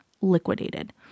liquidated